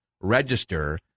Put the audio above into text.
register